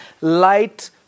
Light